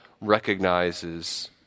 recognizes